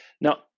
Now